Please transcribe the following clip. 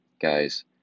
guys